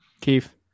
Keith